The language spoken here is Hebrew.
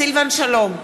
סילבן שלום,